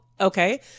Okay